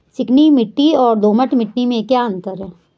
चिकनी मिट्टी और दोमट मिट्टी में क्या अंतर है?